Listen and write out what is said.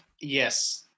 Yes